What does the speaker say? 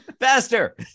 faster